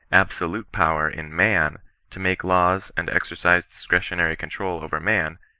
absolute power in man to make laws and exercise discretionary control over man,